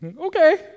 Okay